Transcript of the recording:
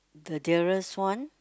the dearest one